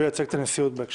והוא ייצג את הנשיאות בהקשר.